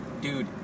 dude